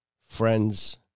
friends